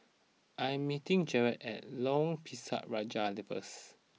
I am meeting Jarett at Lorong Pisang Raja first